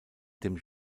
dem